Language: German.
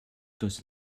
das